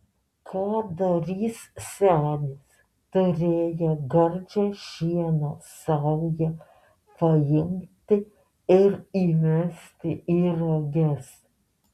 ką darys senis turėjo gardžią šieno saują paimti ir įmesti į roges